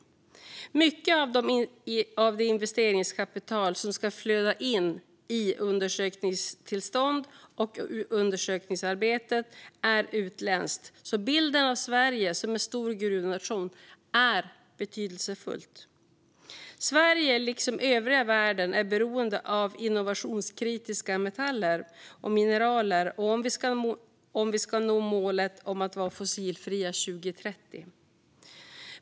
Mycket av det investeringskapital som ska flöda in i undersökningstillstånd och undersökningsarbetet är utländskt, så bilden av Sverige som en stor gruvnation är betydelsefull. Sverige liksom övriga världen är beroende av innovationskritiska metaller och mineral om vi ska nå målet om att vara fossilfria 2030.